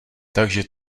takže